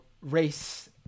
race